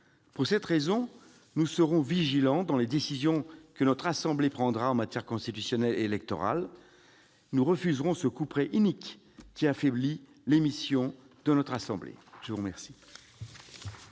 Pour cette raison, nous serons vigilants dans les décisions que notre assemblée prendra en matière constitutionnelle et électorale. Nous refuserons ce couperet inique qui affaiblit les missions de notre assemblée. La parole